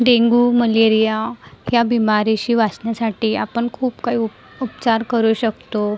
dengue malaria या बीमारीशी वाचण्यासाठी आपण खूप काही उप उपचार करू शकतो